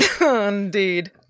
Indeed